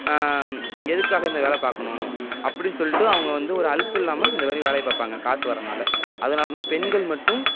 எதுக்காக இந்த வேலை பார்க்கணும் அப்படின் சொல்லிட்டு அவங்க வந்து ஒரு அலுப்பு இல்லாமல் இந்தமாரி வேலையை பார்ப்பாங்க காசு வரதனால அதனால தான் பெண்கள் மட்டும்